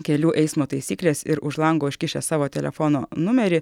kelių eismo taisyklės ir už lango užkišęs savo telefono numerį